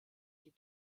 die